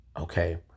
Okay